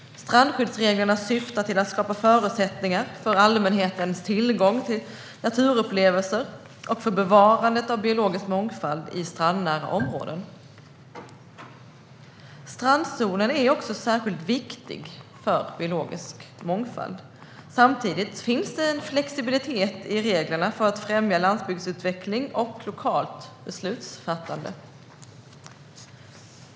Strandskyddsreglerna syftar till att skapa förutsättningar för allmänhetens tillgång till naturupplevelser och för bevarandet av biologisk mångfald i strandnära områden. Strandzonen är också särskilt viktig för biologisk mångfald. Samtidigt finns det flexibilitet i reglerna för att främja landsbygdsutveckling och lokalt beslutsfattande.